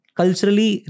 culturally